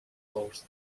bows